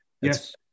Yes